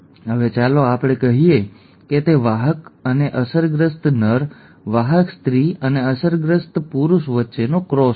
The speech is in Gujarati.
હવે ચાલો આપણે કહીએ કે તે વાહક અને અસરગ્રસ્ત નર વાહક સ્ત્રી અને અસરગ્રસ્ત પુરુષ વચ્ચેનો ક્રોસ છે